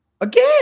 Again